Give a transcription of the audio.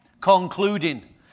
concluding